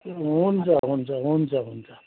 ए हुन्छ हुन्छ हुन्छ हुन्छ